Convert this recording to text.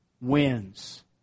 wins